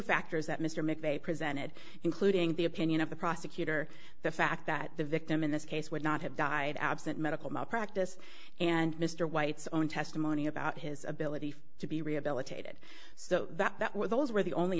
factors that mr mcveigh presented including the opinion of the prosecutor the fact that the victim in this case would not have died absent medical malpractise and mr white's own testimony about his ability to be rehabilitated so that what those were the only